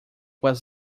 was